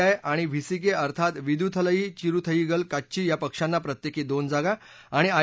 I आणि VCK अर्थात विदुथलई चिरुथईगल काच्ची या पक्षांना प्रत्येकी दोन जागा आणि आय